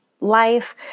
life